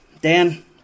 Dan